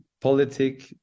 politics